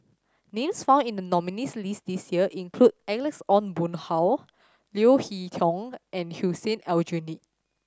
names found in the nominees' list this year include Alex Ong Boon Hau Leo Hee Tong and Hussein Aljunied